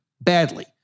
badly